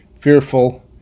fearful